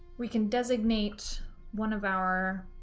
we can designate one of our